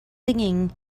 singing